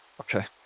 Okay